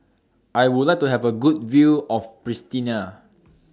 I Would like to Have A Good View of Pristina